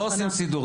לא עושים סידור.